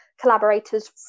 collaborators